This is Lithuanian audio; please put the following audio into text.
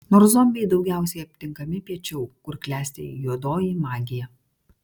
nors zombiai daugiausiai aptinkami piečiau kur klesti juodoji magija